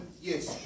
yes